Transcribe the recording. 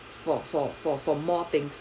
for for for for more things